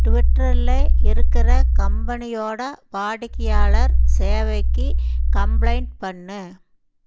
ட்விட்டரில் இருக்கிற கம்பெனியோட வாடிக்கையாளர் சேவைக்கு கம்ப்ளைண்ட் பண்ணு